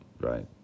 right